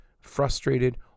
frustrated